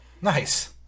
Nice